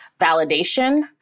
validation